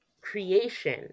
creation